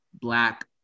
black